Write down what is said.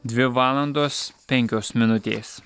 dvi valandos penkios minutės